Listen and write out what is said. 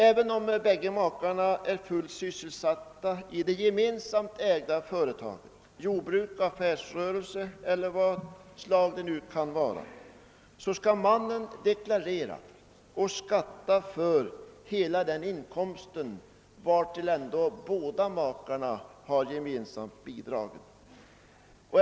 Även om bägge makarna är fullt sysselsatta i det gemensamt ägda företaget — jordbruk, affärsrörelse eller vad det nu kan vara — skall mannen deklarera och skatta för hela inkomsten, vartill ändå båda makarna har gemensamt bidragit.